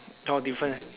no different